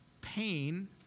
pain